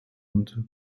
und